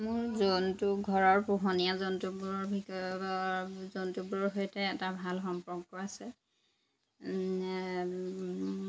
মোৰ জন্তু ঘৰৰ পোহনীয়া জন্তুবোৰৰ জন্তুবোৰৰ সৈতে এটা ভাল সম্পৰ্ক আছে